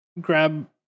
grab